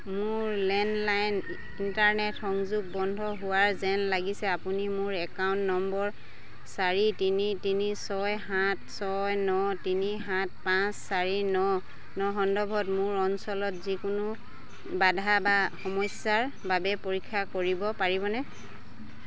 মোৰ landline internet সংযোগ বন্ধ হোৱা যেন লাগিছে আপুনি মোৰ একাউণ্ট নম্বৰ চাৰি তিনি তিনি ছয় সাত ছয় ন তিনি সাত পাঁচ চাৰি ন নৰ সন্দৰ্ভত মোৰ অঞ্চলত যিকোনো বাধা বা সমস্যাৰ বাবে পৰীক্ষা কৰিব পাৰিবনে